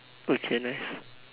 we can rest